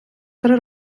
три